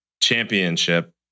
championship